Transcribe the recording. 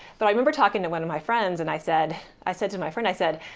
so i remember talking to one of my friends and i said i said to my friend, i said,